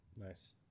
Nice